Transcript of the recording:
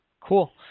Cool